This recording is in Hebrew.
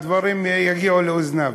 הדברים יגיעו לאוזניו.